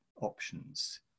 options